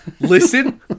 Listen